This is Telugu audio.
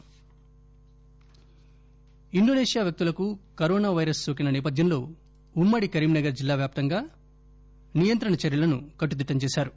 కరీంనగర్ కరోనా ఇంట్రో ఇండోనేషియా వ్యక్తులకు కరోనా వైరస్ నోకిన సేపథ్యంలో ఉమ్మడి కరీంనగర్ జిల్లా వ్యాప్తంగా నియంత్రణ చర్యలను కట్టుదిట్టం చేశారు